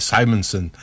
Simonson